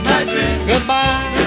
Goodbye